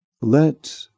Let